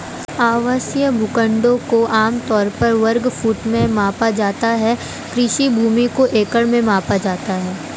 आवासीय भूखंडों को आम तौर पर वर्ग फुट में मापा जाता है, कृषि भूमि को एकड़ में मापा जाता है